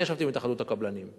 אני ישבתי בהתאחדות הקבלנים.